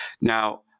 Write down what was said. Now